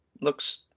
looks